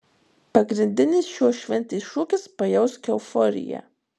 pagrindinis šios šventės šūkis pajausk euforiją